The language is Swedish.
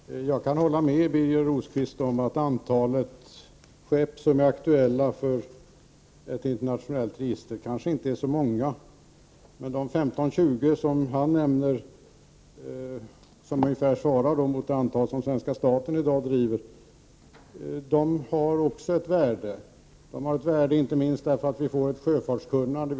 Herr talman! Jag kan hålla med Birger Rosqvist om att antalet skepp som är aktuella för ett internationellt register kanske inte är så stort. Men de 20—25 som han nämnde och som ungefär svarar mot det antal som svenska staten i dag driver har också ett värde, inte minst därför att vi därigenom får ett sjöfartskunnande.